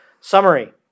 summary